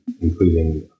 including